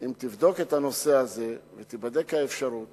אם תבדוק את הנושא הזה ותיבדק האפשרות